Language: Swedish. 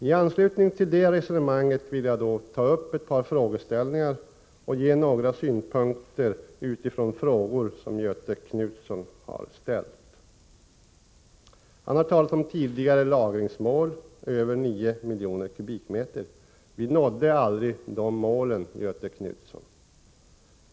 I anslutning till det resonemanget vill jag ta upp ett par frågeställningar och ge några synpunkter utifrån frågor som Göthe Knutson har ställt. Han har talat om tidigare lagringsmål, över 9 miljoner m?. Vi nådde aldrig det målet, Göthe Knutson.